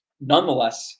Nonetheless